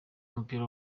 w’umupira